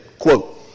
Quote